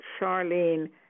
Charlene